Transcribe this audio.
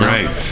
Right